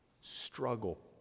struggle